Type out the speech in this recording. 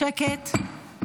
שקט.